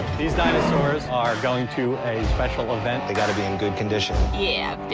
these dinosaurs are going to a special event. they got to be in good condition. yeah,